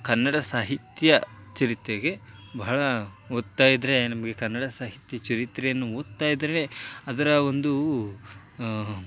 ಕನ್ನಡ ಸಾಹಿತ್ಯ ಚರಿತ್ರೆಗೆ ಬಹಳ ಓದ್ತಾಯಿದ್ದರೆ ನಮಗೆ ಕನ್ನಡ ಸಾಹಿತ್ಯ ಚರಿತ್ರೆಯನ್ನು ಓದ್ತಾಯಿದ್ದರೆ ಅದರ ಒಂದು